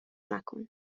مکن